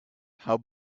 how